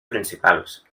principals